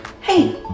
Hey